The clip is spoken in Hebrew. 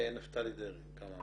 נפתלי דרעי, כאן מהרשות.